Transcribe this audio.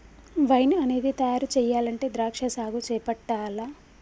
wine అనేది తయారు చెయ్యాలంటే ద్రాక్షా సాగు చేపట్టాల్ల